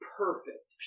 perfect